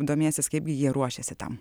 domėsis kaip gi jie ruošiasi tam